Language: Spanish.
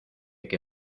que